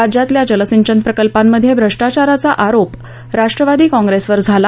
राज्यातल्या जलसिंचन प्रकल्पांमध्ये भ्रष्टाचाराचा आरोप राष्ट्रवादी काँप्रेसवर झाला